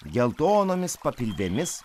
geltonomis papilvėmis